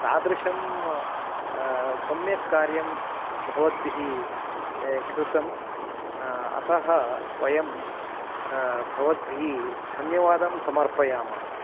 तादृशं सम्यक् कार्यं भवद्भिः कृतम् अतः वयं भवद्भिः धन्यवादं समर्पयामः